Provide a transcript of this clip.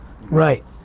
Right